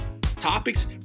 Topics